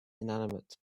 inanimate